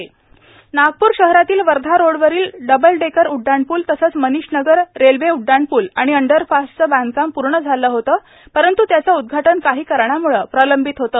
उड्डाणपूल नागपूर शहरातील वर्धा रोडवरील डबलडेकर उडडाणपूल तसेच मनिष नगर रेल्वे उडडाणपूल आणि अंडरपासचे बांधकाम पूर्ण झाले होते परंतु त्याचे उद्घाटन काही कारणामुळे प्रलंबित होते